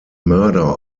murder